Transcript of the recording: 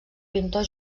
pintor